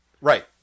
Right